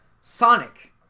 Sonic